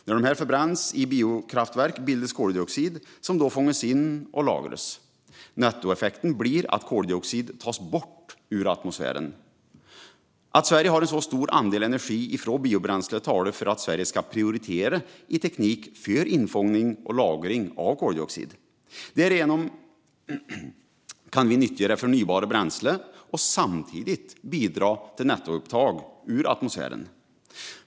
När de förbränns i biokraftverk bildas koldioxid som då kan fångas in och lagras. Nettoeffekten blir att koldioxid tas bort ur atmosfären. Att Sverige har en så stor andel energi från biobränslen talar för att Sverige ska prioritera teknik för infångning och lagring av koldioxid. Därigenom kan man nyttja det förnybara bränslet och samtidigt bidra till nettoupptag ur atmosfären.